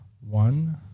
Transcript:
one